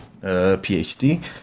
PhD